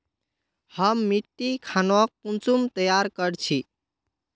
हम मिट्टी खानोक कुंसम तैयार कर छी?